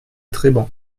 treban